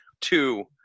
two